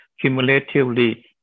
cumulatively